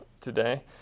today